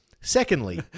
Secondly